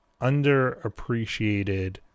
underappreciated